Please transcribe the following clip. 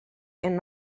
and